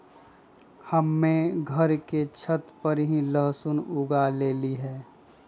हम्मे घर के छत पर ही लहसुन उगा लेली हैं